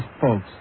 folks